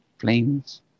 flames